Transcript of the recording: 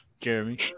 Jeremy